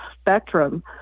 spectrum